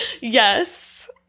Yes